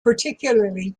particularly